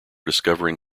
discovering